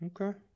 Okay